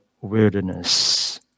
wilderness